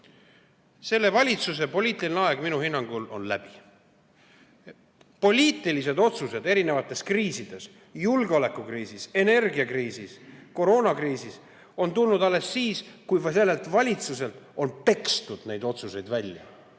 Selle valitsuse poliitiline aeg on minu hinnangul läbi. Poliitilised otsused eri kriisides – julgeolekukriisis, energiakriisis, koroonakriisis – on tulnud alles siis, kui sellelt valitsuselt on pekstud need otsused välja.